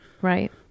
Right